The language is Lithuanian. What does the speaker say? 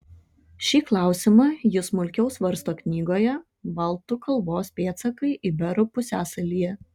šį klausimą ji smulkiau svarsto knygoje baltų kalbos pėdsakai iberų pusiasalyje